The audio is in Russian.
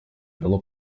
дало